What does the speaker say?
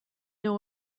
know